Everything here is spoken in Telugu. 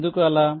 ఎందుకు అలా